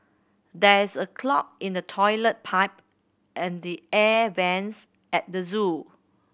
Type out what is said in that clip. there is a clog in the toilet pipe and the air vents at the zoo